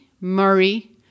Murray